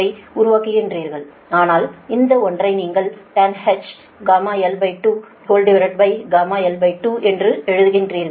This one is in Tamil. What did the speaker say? ஐ உருவாக்குகிறீர்கள் ஆனால் இந்த ஒன்றை நீங்கள் TANH γl2 γl2 என்று எழுதுகிறீர்கள்